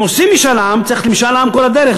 אם עושים משאל עם, צריך משאל עם כל הדרך.